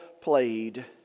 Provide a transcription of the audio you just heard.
played